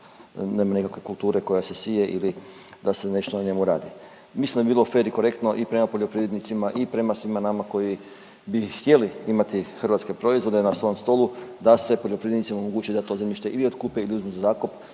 nema nikakve kulture koja se sije ili da se nešto na njemu radi. Mislim da bi bilo fer i korektno i prema poljoprivrednicima i prema svima nama koji bi htjeli imati hrvatske proizvode na svom stolu, da se poljoprivrednicima omogući da to zemljište ili otkupe ili uzmu za zakup